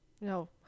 No